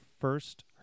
first